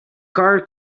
car